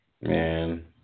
Man